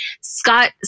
Scott